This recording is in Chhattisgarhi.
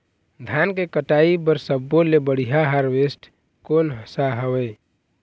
धान के कटाई बर सब्बो ले बढ़िया हारवेस्ट कोन सा हवए?